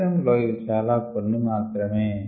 పరిశ్రమలో ఇవి చాలా కొన్ని మాత్రమే